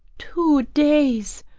two days,